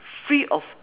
free of